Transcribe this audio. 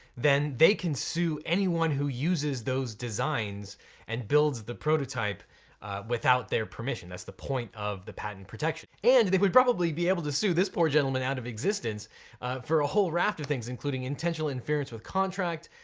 then they can sue anyone who uses those designs and builds the prototype without their permission. that's the point of the patent protection. and they would probably be able to sue this poor gentleman out of existence for a whole raft of things, including intentional interference with contract,